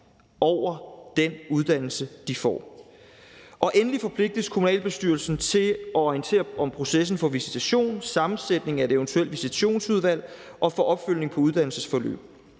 over den uddannelse, de får. For det fjerde forpligtes kommunalbestyrelsen til at orientere om processen for visitation, sammensætningen af et eventuelt visitationsudvalg og opfølgningen på uddannelsesforløbet,